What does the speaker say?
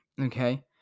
okay